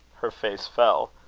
her face fell.